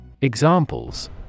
Examples